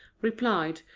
replied,